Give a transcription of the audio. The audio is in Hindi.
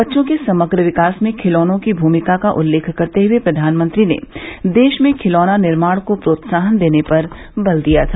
बच्चों के समग्र विकास में खिलौनों की भूमिका का उल्लेख करते हुए प्रधानमंत्री ने देश में खिलौना निर्माण को प्रोत्साहन देने पर बल दिया था